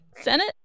Senate